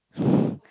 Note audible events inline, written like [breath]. [breath]